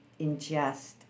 ingest